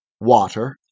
water